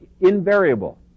invariable